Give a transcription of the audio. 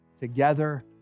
together